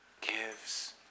gives